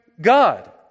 God